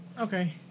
Okay